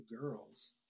girls